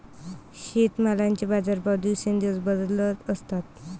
शेतीमालाचे बाजारभाव दिवसेंदिवस बदलत असतात